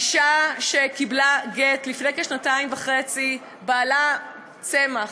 האישה קיבלה גט לפני כשנתיים וחצי, בעלה צמח,